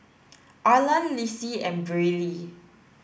Arland Lissie and Briley